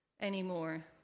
anymore